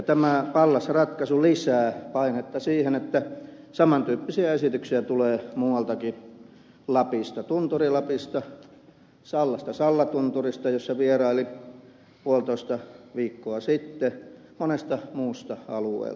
tämä pallas ratkaisu lisää painetta siihen että saman tyyppisiä esityksiä tulee muualtakin lapista tunturi lapista sallasta salla tunturista jossa vierailin puolitoista viikkoa sitten monelta muulta alueelta